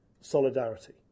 solidarity